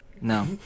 No